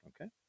Okay